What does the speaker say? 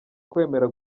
kwemera